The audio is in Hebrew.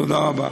תודה רבה.